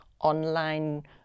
online